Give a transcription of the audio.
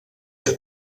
que